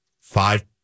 five